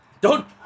Don't-